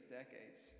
decades